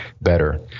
better